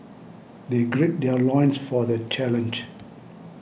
they gird their loins for the challenge